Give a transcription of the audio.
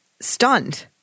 stunned